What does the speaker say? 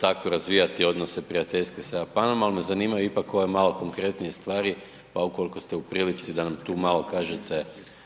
tako razvijati odnose prijateljske sa Japanom, ali me zanimaju ipak ove malo konkretnije stvari pa ukoliko ste u prilici, da nam tu malo kažete